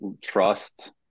trust